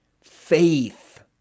Faith